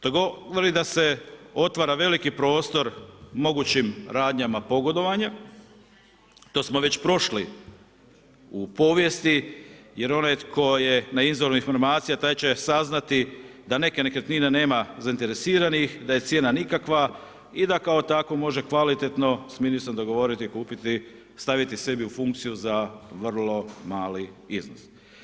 To govori da se otvara veliki prostor mogućim radnjama pogodovanja, to smo već prošli u povijesti jer onaj tko je na izvoru informacija taj će saznati da neke nekretnine nema zainteresiranih da je cijena nikakva i da kao tako može kvalitetno s ministrom dogovoriti i kupiti staviti sebi u funkciju za vrlo mali iznos.